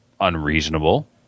unreasonable